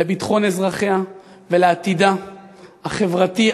לביטחון אזרחיה ולעתידה החברתי,